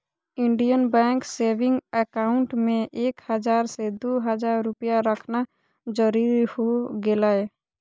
Indian bank saving account में एक हजार से दो हजार रुपया रखना जरूरी हो गेलय